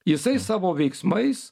jisai savo veiksmais